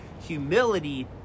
Humility